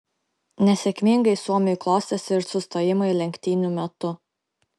nesėkmingai suomiui klostėsi ir sustojimai lenktynių metu